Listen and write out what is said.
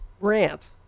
rant